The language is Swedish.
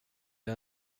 det